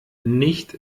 nicht